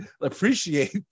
appreciate